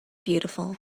beautiful